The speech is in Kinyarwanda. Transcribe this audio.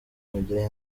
kumugiraho